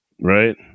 right